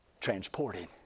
Transported